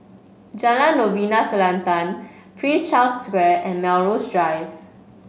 Jalan Novena Selatan Prince Charles Square and Melrose Drive